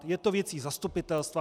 Je to věcí zastupitelstva.